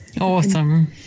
Awesome